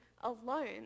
alone